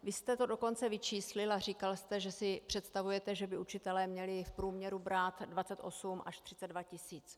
Vy jste to dokonce vyčíslil a říkal jste, že si představujete, že by učitelé měli v průměru brát 28 až 32 tisíc.